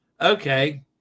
Okay